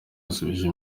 yasubije